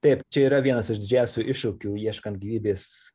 taip čia yra vienas iš didžiausių iššūkių ieškant gyvybės